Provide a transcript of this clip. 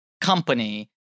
company